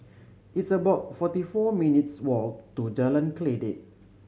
it's about forty four minutes' walk to Jalan Kledek